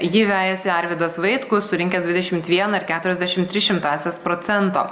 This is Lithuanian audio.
jį vejasi arvydas vaitkus surinkęs dvidešimt vieną ir keturiasdešimt tris šimtąsias procento